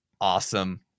awesome